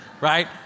right